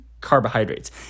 carbohydrates